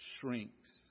shrinks